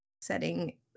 setting